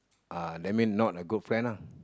uh that mean not a good friend ah